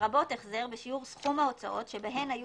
- לרבות החזר בשיעור סכום ההוצאות שבהן היו